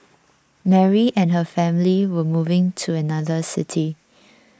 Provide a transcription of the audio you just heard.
Mary and her family were moving to another city